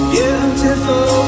Beautiful